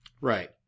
Right